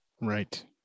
right